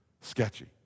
sketchy